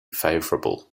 favorable